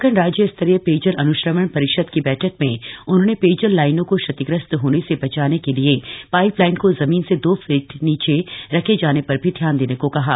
उत्तराखण्ड राज्य स्तरीय पेयजल अन्श्रवण परिषद की बैठक में उन्होंने पेयजल लाइनों को क्षतिग्रस्त होने से बचाने के लिए पाइप लाइन को जमीन से दो फिट नीचे रखे जाने पर भी ध्यान देने को कहा है